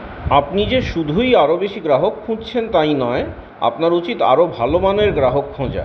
আপনি যে শুধুই আরও বেশি গ্রাহক খুঁজছেন তাই নয় আপনার উচিত আরও ভালো মানের গ্রাহক খোঁজা